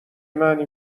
معنی